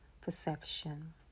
perception